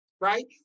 right